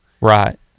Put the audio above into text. Right